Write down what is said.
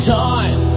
time